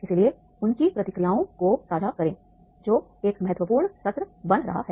इसलिए उनकी प्रतिक्रियाओं को साझा करें जो एक महत्वपूर्ण सत्र बन रहा है